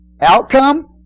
outcome